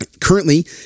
Currently